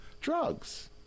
drugs